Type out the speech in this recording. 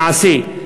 מעשי.